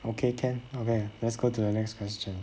okay can okay let's go to the next question